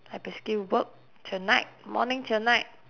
I basically work till night morning till night